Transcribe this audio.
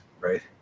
right